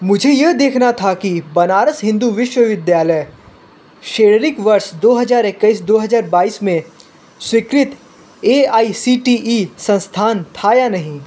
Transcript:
मुझे यह देखना था कि बनारस हिन्दू विश्वविद्यालय श्रेरिक वर्ष दो हजार इक्कीस दो हजार बाईस मे स्वीकृत A I C T E संस्थान था या नहीं